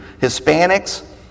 Hispanics